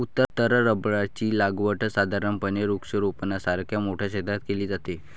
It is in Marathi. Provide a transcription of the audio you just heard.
उत्तर रबराची लागवड साधारणपणे वृक्षारोपणासारख्या मोठ्या क्षेत्रात केली जाते